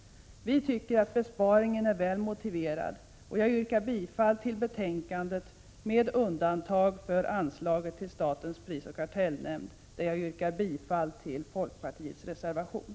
Vi tycker att besparingen är väl motiverad, och jag yrkar bifall till hemställan i betänkandet, med undantag för anslaget till statens prisoch kartellnämnd, där jag yrkar bifall till folkpartiets reservation.